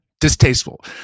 Distasteful